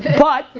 but,